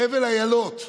חבל אילות,